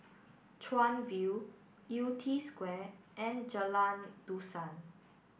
Chuan View Yew Tee Square and Jalan Dusan